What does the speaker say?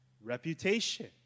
reputation